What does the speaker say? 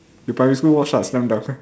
you primary school watch what slam dunk